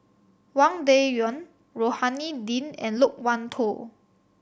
Wang Dayuan Rohani Din and Loke Wan Tho